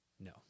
no